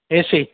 એસી